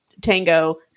tango